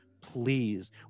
please